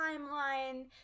timeline